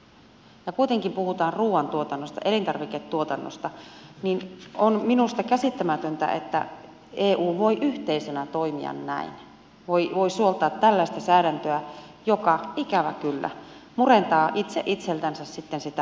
ja kun kuitenkin puhutaan ruuantuotannosta elintarviketuotannosta niin on minusta käsittämätöntä että eu voi yhteisönä toimia näin voi suoltaa tällaista säädäntöä joka ikävä kyllä murentaa itse itseltänsä sitten sitä arvovaltaa